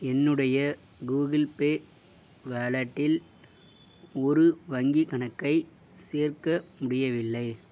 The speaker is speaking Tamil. என்னுடைய கூகிள் பே வாலெட்டில் ஒரு வங்கிக் கணக்கைச் சேர்க்க முடியவில்லை